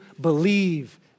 believe